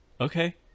Okay